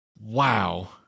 Wow